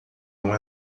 não